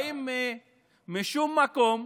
הם באים משום מקום,